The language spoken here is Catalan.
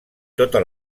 tota